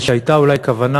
שהייתה אולי כוונה,